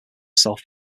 self